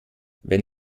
wenn